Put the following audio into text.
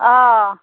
অ